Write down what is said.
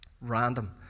random